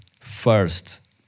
First